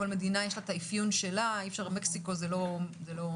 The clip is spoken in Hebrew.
לכל מדינה יש אפיון משלה, ומקסיקו היא לא אנגליה.